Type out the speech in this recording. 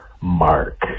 Mark